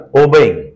obeying